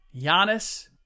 Giannis